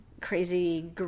crazy